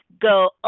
go